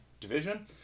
division